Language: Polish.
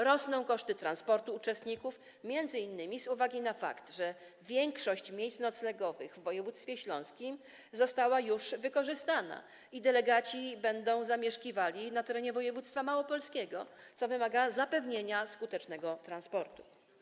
Rosną koszty transportu uczestników, m.in. z uwagi na fakt, że większość miejsc noclegowych w województwie śląskim została już wykorzystana i delegaci będą zamieszkiwali na terenie województwa małopolskiego, co wymaga zapewnienia skutecznego transportu.